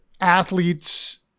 athletes